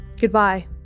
goodbye